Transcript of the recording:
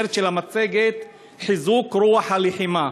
והכותרת של המצגת: חיזוק רוח הלחימה.